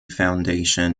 foundation